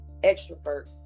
extrovert